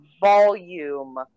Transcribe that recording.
volume